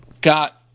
got